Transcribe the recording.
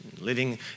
Living